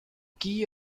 key